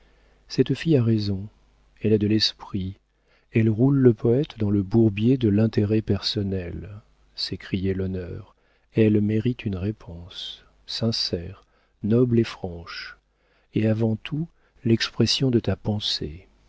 cette fille a raison elle a de l'esprit elle roule le poëte dans le bourbier de l'intérêt personnel s'écriait l'honneur elle mérite une réponse sincère noble et franche et avant tout l'expression de ta pensée